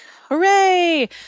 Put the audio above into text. Hooray